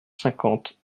cinquante